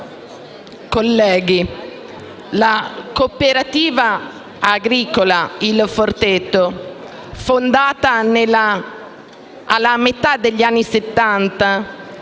colleghi, la cooperativa agricola «Il Forteto», fondata nella metà degli anni Settanta